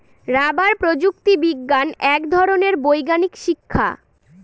rubber প্রযুক্তি বিজ্ঞান এক ধরনের বৈজ্ঞানিক শিক্ষা